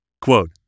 Quote